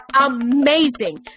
amazing